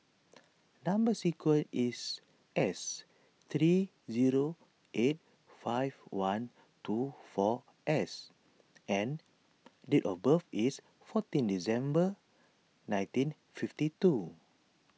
Number Sequence is S three zero eight five one two four S and date of birth is fourteen December nineteen fifty two